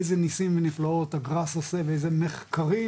איזה ניסים ונפלאות הגראס עושה ואיזה מחקרים